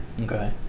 Okay